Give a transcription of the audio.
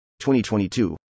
2022